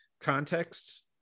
contexts